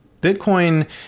Bitcoin